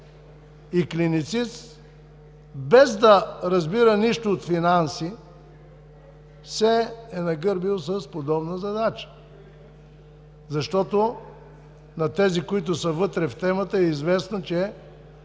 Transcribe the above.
и клиницист, без да разбира нищо от финанси, се е нагърбил с подобна задача? Защото на тези, които са вътре в темата е известно, че